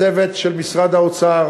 הצוות של משרד האוצר